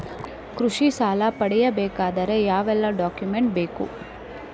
ಕೃಷಿ ಸಾಲ ಪಡೆಯಬೇಕಾದರೆ ಯಾವೆಲ್ಲ ಡಾಕ್ಯುಮೆಂಟ್ ಬೇಕು?